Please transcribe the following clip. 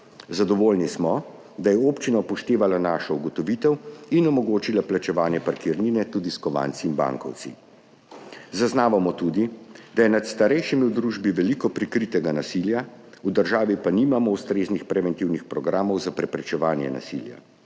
Zadovoljni smo, da je občina upoštevala našo ugotovitev in omogočila plačevanje parkirnine tudi s kovanci in bankovci. Zaznavamo tudi, da je nad starejšimi v družbi veliko prikritega nasilja, v državi pa nimamo ustreznih preventivnih programov za preprečevanje nasilja.